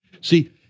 See